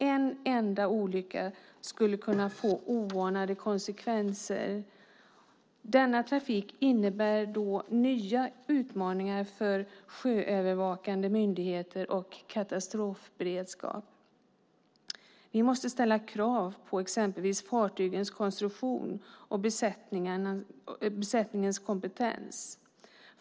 En enda olycka skulle kunna få oanade konsekvenser. Denna trafik innebär nya utmaningar för sjöövervakande myndigheter och katastrofberedskap. Vi måste ställa krav på exempelvis fartygens konstruktion och besättningens kompetens.